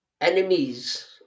enemies